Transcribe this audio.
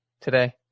today